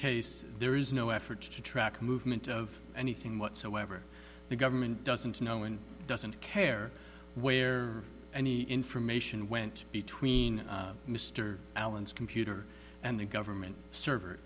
case there is no effort to track a movement of anything whatsoever the government doesn't know and doesn't care where any information went between mr allen's computer and the government server